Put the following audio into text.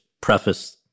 preface